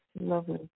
lovely